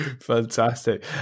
fantastic